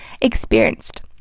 experienced